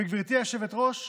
וגברתי היושבת-ראש,